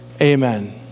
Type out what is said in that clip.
Amen